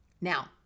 Now